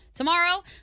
Tomorrow